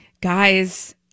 Guys